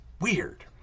Weird